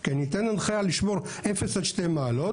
כי אני אתן הנחיה לשמור 0 עד 2 מעלות,